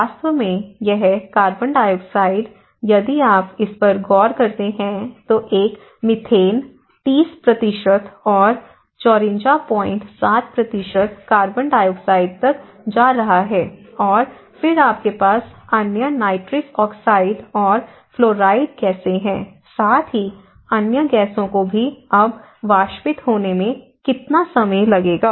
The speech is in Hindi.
वास्तव में यह कार्बन डाइऑक्साइड यदि आप इस पर गौर करते हैं तो एक मीथेन 30 और 547 कार्बन डाइऑक्साइड तक जा रहा है और फिर आपके पास अन्य नाइट्रस ऑक्साइड और फ्लोराइड गैसें हैं साथ ही अन्य गैसों को भी अब वाष्पित होने में कितना समय लगेगा